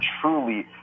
truly